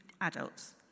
adults